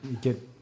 get